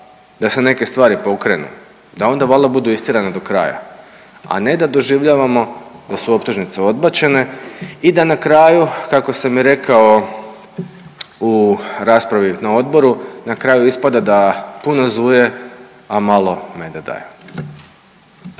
da se neke stvari pokrenu da onda valjda budu istjerane do kraja, a ne da doživljavamo da su optužnice odbačene i da na kraju kako sam i rekao u raspravi na odboru na kraju ispada da puno zuje, a malo meda daje.